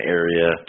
area